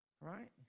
Right